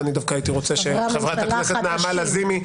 ואני דווקא הייתי רוצה שחברת הכנסת נעמה לזימי,